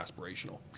aspirational